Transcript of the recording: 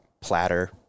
platter